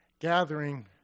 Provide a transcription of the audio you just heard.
gathering